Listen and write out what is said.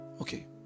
okay